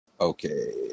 Okay